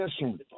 listen